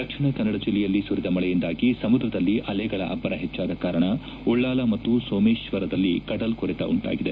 ದಕ್ಷಿಣ ಕನ್ನಡ ಜಿಲ್ಲೆಯಲ್ಲಿ ಸುರಿದ ಮಳೆಯಿಂದಾಗಿ ಸಮುದ್ರದಲ್ಲಿ ಅಲೆಗಳ ಅಬ್ಬರ ಹೆಚ್ಚಾದ ಕಾರಣ ಉಳ್ಳಾಲ ಮತ್ತು ಸೋಮೇಶ್ವರದಲ್ಲಿ ಕಡಲ್ಕೊರೆತ ಉಂಟಾಗಿದೆ